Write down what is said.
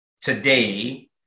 today